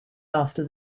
after